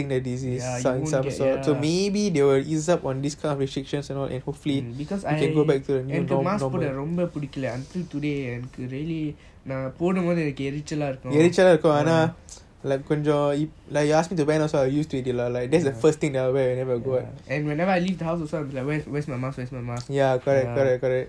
ya you won't get because I என்னக்கு:ennaku mask போடா என்னக்கு ரொம்ப பிடிக்கல:poda ennaku romba pidikala until today ah really போடும் போது எரிச்சலை இருக்கும்:podum bothu earichala irukum and whenever I leave the house also like where's where's my mask where's my mask ya